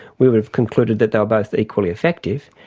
we would have concluded that they were both equally effective.